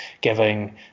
giving